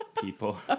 people